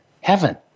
heaven